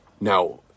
now